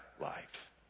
life